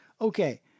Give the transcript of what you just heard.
okay